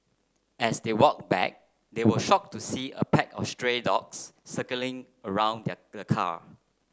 as they walked back they were shocked to see a pack of stray dogs circling around the the car